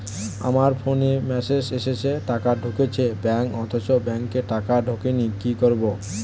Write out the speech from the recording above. আমার ফোনে মেসেজ এসেছে টাকা ঢুকেছে ব্যাঙ্কে অথচ ব্যাংকে টাকা ঢোকেনি কি করবো?